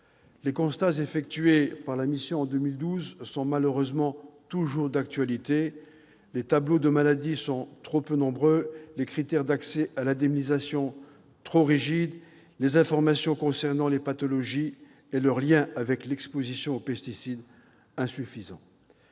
Les constats effectués par la mission en 2012 sont malheureusement toujours d'actualité : les tableaux de maladies sont trop peu nombreux, les critères d'accès à l'indemnisation, trop rigides, les informations concernant les pathologies et leur lien avec l'exposition aux pesticides, insuffisantes.